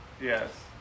Yes